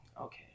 okay